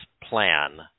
plan